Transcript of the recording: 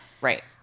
right